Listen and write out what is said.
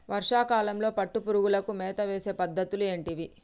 వర్షా కాలంలో పట్టు పురుగులకు మేత వేసే పద్ధతులు ఏంటివి?